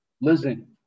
Listen